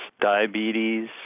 diabetes